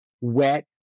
wet